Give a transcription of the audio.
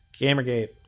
Gamergate